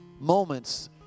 moments